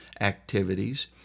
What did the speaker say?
activities